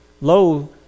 Lo